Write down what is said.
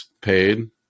paid